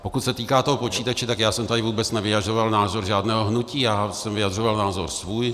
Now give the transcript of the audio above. Pokud se týká toho počítače, tak já jsem tady vůbec nevyjadřoval názor žádného hnutí, já jsem vyjadřoval názor svůj.